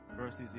verses